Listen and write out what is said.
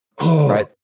Right